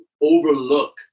overlook